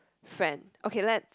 friend okay let's